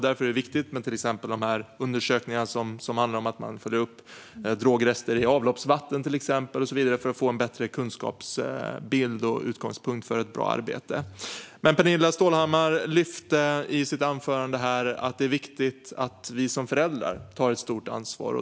Därför är det viktigt med de undersökningar som till exempel handlar om att dra upp drogrester i avloppsvatten för att få en bättre kunskapsbild och utgångspunkt för ett bra arbete. Pernilla Stålhammar sa i sitt anförande här att det är viktigt att vi som föräldrar tar ett stort ansvar.